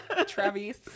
Travis